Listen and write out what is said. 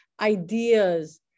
Ideas